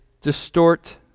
distort